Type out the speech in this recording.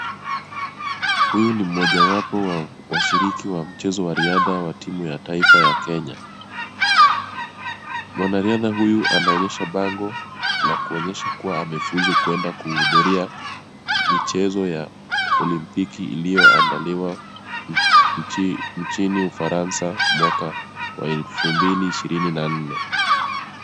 Huyu ni mmojawapo wa washiriki wa mchezo wa riadha wa timu ya taifa ya Kenya. Mwanariadha huyu anaonyesha bango la kuonyesha kuwa amefuzu kwenda kuhudhuria michezo ya olimpiki iliyoandaliwa nchini Ufaransa mwaka Elfu mbili ishirini na nne.